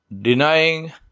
denying